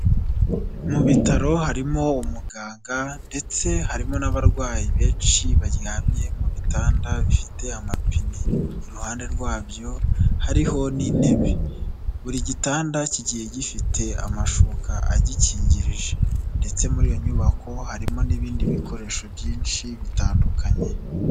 Mu bitaro harimo umuganga ndetse harimo n'abarwayi benshi baryamye mu bitanda bifite amapine, iruhande rwabyo hariho n'intebe, buri gitanda kigiye gifite amashuka agikingirije, ndetse muri iyo nyubako harimo n'ibindi bikoresho byinshi bitandukanye.